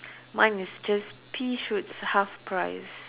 mine is just pea shoots half price